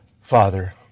Father